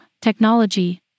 technology